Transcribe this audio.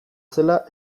zela